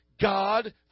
God